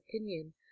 opinion